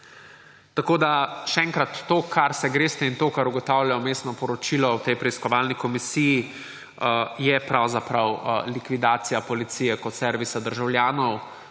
Tako še enkrat; to, kar se greste, in to, kar ugotavlja vmesno poročilo o tej preiskovalni komisiji, je pravzaprav likvidacija policije kot servisa državljanov.